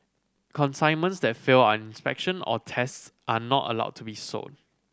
consignments that fail and inspection or tests are not allowed to be sold